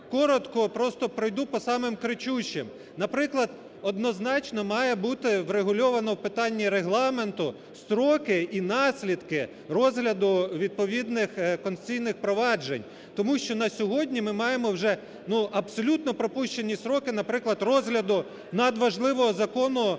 коротко просто пройду по самих кричущих. Наприклад, однозначно має бути врегульовано в питанні регламенту строки і наслідки розгляду відповідних конституційних проваджень. Тому що на сьогодні ми маємо вже, ну, абсолютно пропущені строки, наприклад, розгляду надважливого закону,